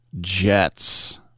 Jets